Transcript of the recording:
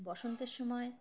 বসন্তের সময়